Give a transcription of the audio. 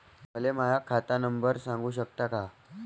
मले माह्या खात नंबर सांगु सकता का?